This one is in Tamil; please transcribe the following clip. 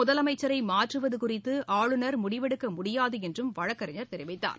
முதலமைச்சரைமாற்றுவதுகுறித்துஆளுநா் முடிவெடுக்கமுடியாதுஎன்றும் வழக்கறிஞா் தெரிவித்தாா்